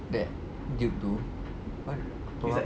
that duke tu what or what